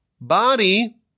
body